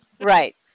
Right